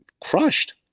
crushed